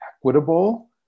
equitable